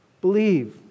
believe